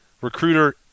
recruiter